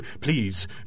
Please